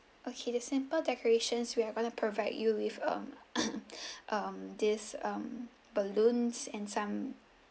okay the simple decorations we are going to provide you with um um these um balloons and some